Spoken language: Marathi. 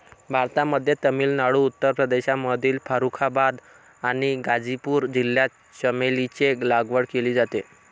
भारतामध्ये तामिळनाडू, उत्तर प्रदेशमधील फारुखाबाद आणि गाझीपूर जिल्ह्यात चमेलीची लागवड केली जाते